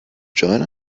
join